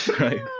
right